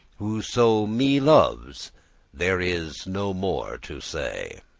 whoso me loves there is no more to say.